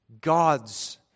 God's